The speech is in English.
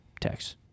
text